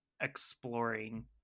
exploring